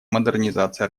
модернизации